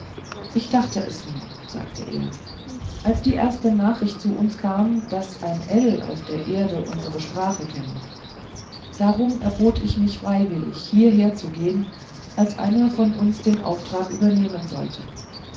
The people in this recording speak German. ich dachte es mir sagte er als die erste nachricht zu uns kam daß ein ell auf der erde unsre sprache kenne darum erbot ich mich freiwillig hierherzugehen als einer von uns den auftrag übernehmen sollte